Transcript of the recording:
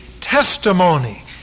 testimony